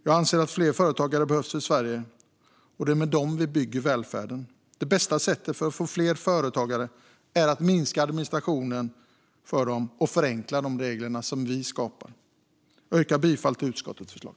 Jag anser att det behövs fler företagare i Sverige. Det är med dem vi bygger välfärden. Det bästa sättet att få fler företagare är att minska administrationen för dem och förenkla de regler som vi skapar. Jag yrkar bifall till utskottets förslag.